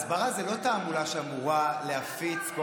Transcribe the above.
הסברה היא לא תעמולה שאמורה להפיץ כל